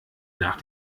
nach